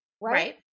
Right